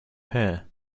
here